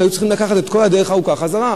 היו צריכים לעשות את כל הדרך הארוכה חזרה.